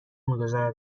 میگذارد